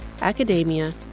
academia